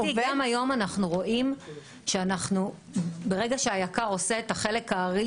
גם היום אנחנו רואים שברגע שהיק"ר עושה את החלק הארי